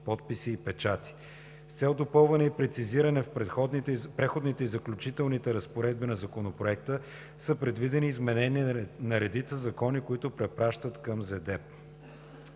подписи и печати. С цел допълване и прецизиране в Преходните и заключителните разпоредби на законопроекта са предложени изменения на редица закони, които препращат към ЗЕДЕП.